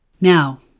Now